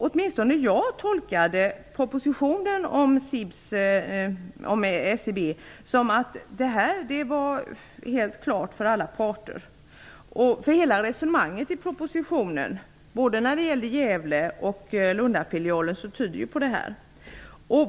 Åtminstone jag tolkade propositionen om SIB som att allt var klart för alla parter. Hela resonemanget i propositionen, både när det gällde Gävle och när det gällde Lundafilialen, tydde på detta.